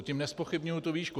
Tím nezpochybňuji tu výšku.